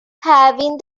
having